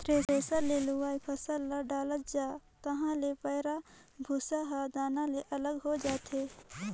thresher मे लुवय फसल ल डालत जा तहाँ ले पैराःभूसा हर दाना ले अलग हो जाथे